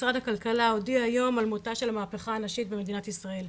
משרד הכלכלה הודיע היום על מותה של המהפכה הנשית במדינת ישראל.